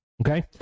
Okay